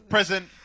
Present